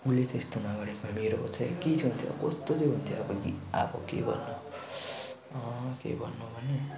उसले त्यस्तो नगरेको भए मेरो के चाहिँ हुन्थ्यो कस्तो चाहिँ हुन्थ्यो अब के भन्नु अब के भन्नु भने